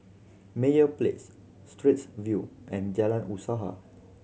Meyer Place Straits View and Jalan Usaha